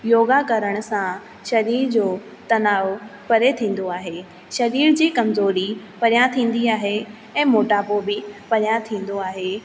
योगा करण सां शरीर जो तनाउ परे थींदो आहे शरीर जी कमज़ोरी परियां थींदी आहे ऐं मोटापो बि परियां थींदो आहे